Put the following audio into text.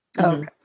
Okay